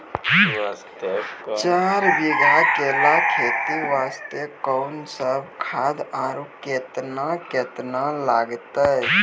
चार बीघा केला खेती वास्ते कोंन सब खाद आरु केतना केतना लगतै?